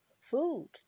food